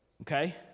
Okay